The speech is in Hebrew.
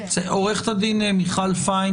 לאחריה עורכת הדין מיכל פיין